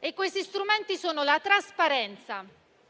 Tra questi strumenti c'è innanzitutto la trasparenza.